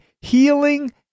healing